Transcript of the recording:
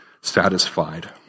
satisfied